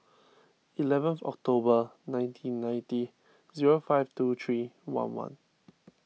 eleventh October nineteen ninety zero five two three one one